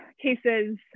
cases